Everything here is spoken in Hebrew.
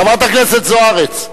חברת הכנסת זוארץ,